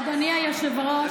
אדוני היושב-ראש,